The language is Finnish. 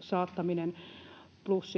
saattaminen plus